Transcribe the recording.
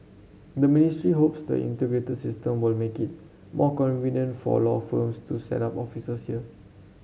the ministry hopes the integrated system will make it more convenient for law firms to set up offices here